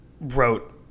wrote